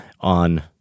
on